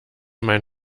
mein